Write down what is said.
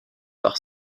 par